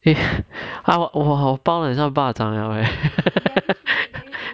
eh !wah! 我抱的很像 ba zhang liao leh to them is they only knew one like sweater